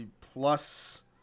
plus